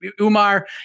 Umar